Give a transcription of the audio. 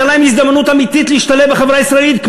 הייתה להם הזדמנות אמיתית להשתלב בחברה הישראלית,